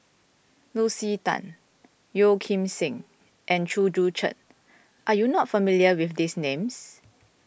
Lucy Tan Yeo Kim Seng and Chew Joo Chiat are you not familiar with these names